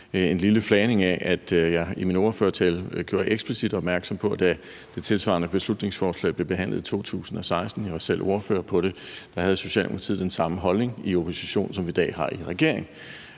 en lille flagning af, at jeg i min ordførertale gjorde eksplicit opmærksom på, at da et tilsvarende beslutningsforslag blev behandlet i 2016 – jeg var selv ordfører på det – havde Socialdemokratiet den samme holdning i opposition, som vi i dag har i regering,